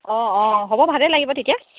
অঁ অঁ হ'ব ভালেই লাগিব তেতিয়া